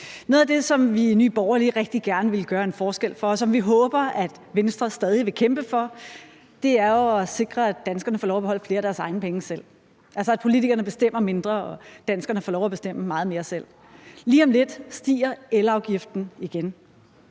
Noget af det, som vi i Nye Borgerlige rigtig gerne vil gøre en forskel for, og som vi håber at Venstre stadig vil kæmpe for, er at sikre, at danskerne får lov at beholde flere af deres egne penge selv, altså at politikerne bestemmer mindre og danskerne får lov at bestemme meget mere selv. Lige om lidt stiger elafgiften igen.